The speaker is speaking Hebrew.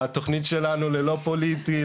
התכנית שלנו היא ללא פוליטיקה,